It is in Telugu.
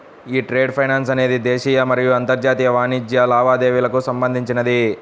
యీ ట్రేడ్ ఫైనాన్స్ అనేది దేశీయ మరియు అంతర్జాతీయ వాణిజ్య లావాదేవీలకు సంబంధించినది